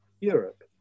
Europe